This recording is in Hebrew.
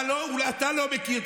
אתה לא מכיר.